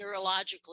neurologically